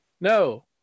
No